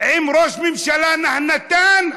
לראש ממשלה נהנתן,